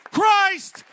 Christ